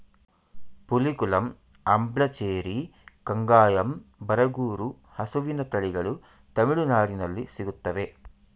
ಪುಲಿಕುಲಂ, ಅಂಬ್ಲಚೇರಿ, ಕಂಗಾಯಂ, ಬರಗೂರು ಹಸುವಿನ ತಳಿಗಳು ತಮಿಳುನಾಡಲ್ಲಿ ಸಿಗುತ್ತವೆ